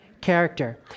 character